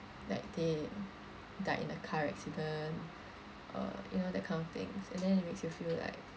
like they died in a car accident uh you know that kind of things and then it makes you feel like